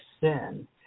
sin